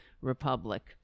Republic